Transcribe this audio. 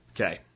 Okay